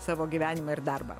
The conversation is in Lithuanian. savo gyvenimą ir darbą